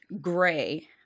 gray